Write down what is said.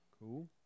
Cool